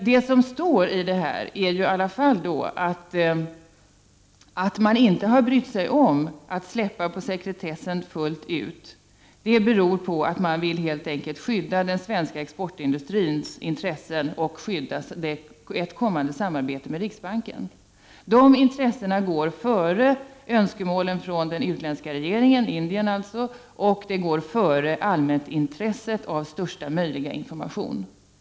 Det som står i svaret är att det faktum att man inte har brytt sig om att fullt ut släppa sekretessen helt enkelt beror på att man vill skydda den svenska exportindustrins intressen och inte omöjliggöra ett kommande samarbete med riksbanken. De intressena går före önskemålen från den utländska regeringen — alltså Indiens — och allmänintresset av största möjliga information.